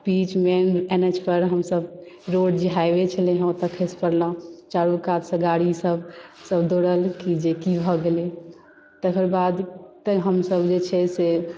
बीचमे N H पर हमसभ रोड जे हाइवे छलै हेँ ओतय खसि पड़लहुँ चारू कातसँ गाड़ीसभ दौड़ल जे की भऽ गेलै तकर बाद हमसभ जे छै से अपन